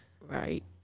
right